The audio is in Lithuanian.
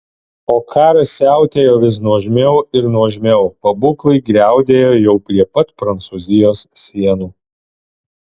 o karas siautėjo vis nuožmiau ir nuožmiau pabūklai griaudėjo jau prie pat prancūzijos sienų